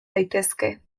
daitezke